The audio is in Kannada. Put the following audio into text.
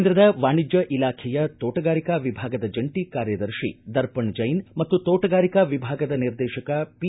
ಕೇಂದ್ರದ ವಾಣಿಜ್ಯ ಇಲಾಖೆಯ ತೋಟಗಾರಿಕಾ ವಿಭಾಗದ ಜಂಟ ಕಾರ್ಯದರ್ಶಿ ದರ್ಪಣ್ ಜೈನ್ ಮತ್ತು ತೋಟಗಾರಿಕಾ ವಿಭಾಗದ ನಿರ್ದೇಶಕ ಪಿ